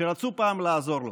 שרצו פעם לעזור לה.